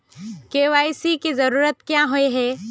KYC की जरूरत क्याँ होय है?